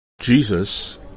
jesus